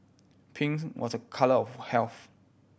pinks was a colour of health